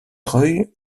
treuil